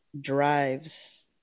drives